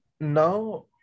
now